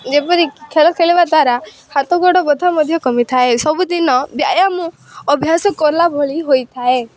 ଯେପରି କି ଖେଳ ଖେଳିବା ଦ୍ୱାରା ହାତ ଗୋଡ଼ ବଥା ମଧ୍ୟ କମିଥାଏ ସବୁଦିନ ବ୍ୟାୟାମ ଅଭ୍ୟାସ କଲା ଭଳି ହୋଇଥାଏ